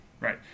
right